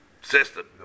system